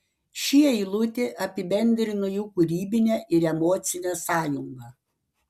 ši eilutė apibendrino jų kūrybinę ir emocinę sąjungą